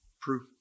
proof